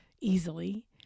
easily